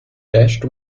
dashed